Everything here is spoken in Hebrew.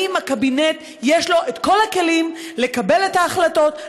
לקבינט יש את כל הכלים לקבל את ההחלטות,